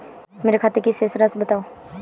मेरे खाते की शेष राशि बताओ?